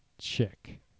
chick